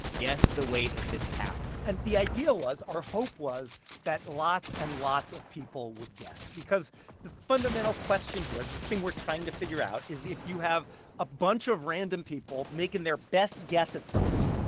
guess the weight of this cow and the idea was our hope was that lots and lots of people would guess because the fundamental question here the thing we're trying to figure out is, if you have a bunch of random people making their best guess at something,